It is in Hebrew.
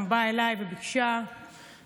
היא גם באה אליי וביקשה לדבר,